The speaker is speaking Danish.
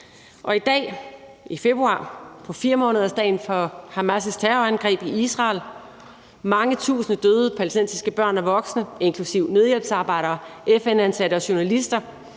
vi er i februar på 4-månedersdagen for Hamas' terrorangreb i Israel, som har betydet mange tusind døde palæstinensiske børn og voksne, inklusive nødhjælpsarbejdere, FN-ansatte, journalister,